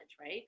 right